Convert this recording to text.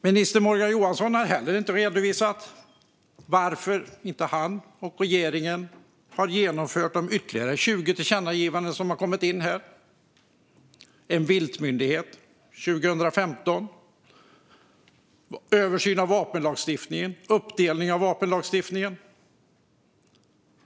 Minister Morgan Johansson har inte heller redovisat varför han och regeringen inte har genomfört förslagen i de 20 övriga tillkännagivandena, till exempel om en viltmyndighet, från 2015, om en översyn av vapenlagstiftningen och om en uppdelning av vapenlagstiftningen.